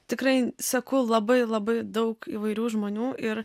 tikrai seku labai labai daug įvairių žmonių ir